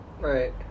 Right